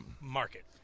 market